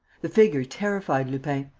the figure terrified lupin.